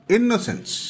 Innocence